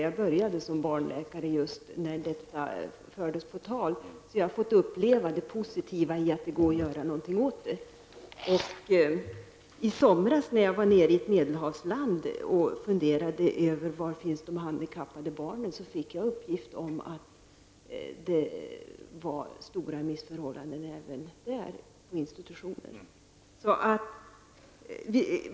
Jag började som barnläkare just när dessa frågor fördes på tal. Jag har fått uppleva det positiva i att det går att göra något åt situationen. I somras var jag i ett Medelhavsland och funderade över var de handikappade barnen fanns. Jag fick då uppgift om att det rådde stora missförhållanden även där på institutionerna.